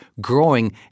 growing